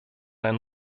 ein